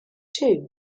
two